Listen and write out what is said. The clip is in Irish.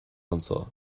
anseo